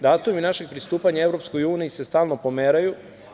Datumi našeg pristupanja EU se stalno pomeraju.